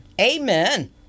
amen